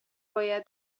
باید